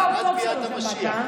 עזוב, טוב שלא שמעת.